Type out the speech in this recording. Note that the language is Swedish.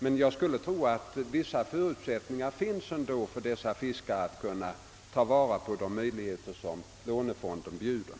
Men jag skulle tro att det ändå finns förutsättningar för dessa fiskare att ta vara på de möjligheter som lånefonden bjuder.